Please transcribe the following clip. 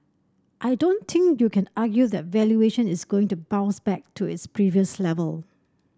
I don't think you can argue that valuation is going to bounce back to its previous level